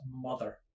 mother